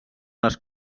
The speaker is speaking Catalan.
les